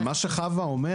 אבל גם מה שחוה אומרת,